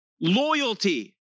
loyalty